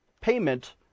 payment